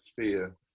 fear